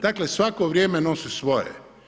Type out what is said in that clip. Dakle svako vrijeme nosi svoje.